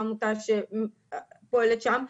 העמותה שפועלת שם,